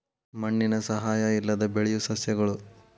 ಮಣ್ಣಿನ ಸಹಾಯಾ ಇಲ್ಲದ ಬೆಳಿಯು ಸಸ್ಯಗಳು